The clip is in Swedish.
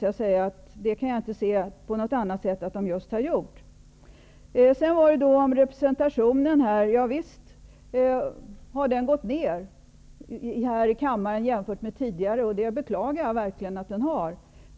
Jag kan inte se det på något annat sätt. Sedan till frågan om representationen. Ja visst har andelen kvinnor i kammaren minskat jämfört med tidigare, och det beklagar jag verkligen.